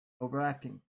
overacting